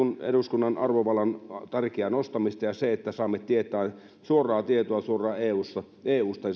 eduskunnan arvovallan tärkeää nostamista ja on meille erittäin arvokasta että saamme suoraa tietoa suoraan eusta